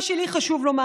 מה שלי חשוב לומר,